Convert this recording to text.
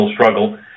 struggle